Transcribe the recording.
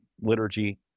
liturgy